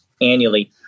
annually